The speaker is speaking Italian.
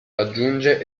raggiunge